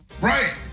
right